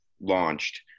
launched